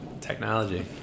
Technology